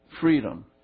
freedom